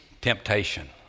Temptation